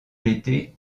l’été